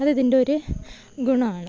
അത് ഇതിൻറ്റൊരു ഗുണമാണ്